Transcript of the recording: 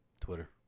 Twitter